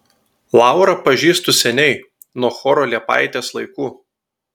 laurą pažįstu seniai nuo choro liepaitės laikų